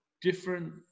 different